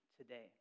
today